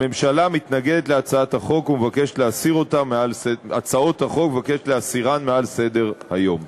הממשלה מתנגדת להצעות החוק ומבקשת להסירן מעל סדר-היום.